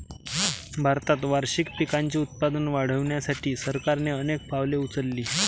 भारतात वार्षिक पिकांचे उत्पादन वाढवण्यासाठी सरकारने अनेक पावले उचलली